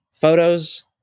photos